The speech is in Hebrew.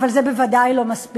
אבל זה בוודאי לא מספיק.